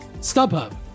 StubHub